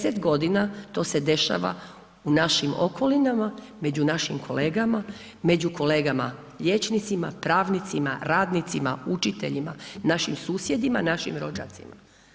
10 godina, to se dešava u našim okolinama, među našim kolegama, među kolegama liječnicima, pravnicima, radnicima, učiteljima, našim susjedima, našim rođacima.